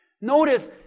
Notice